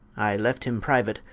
i left him priuate,